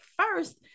first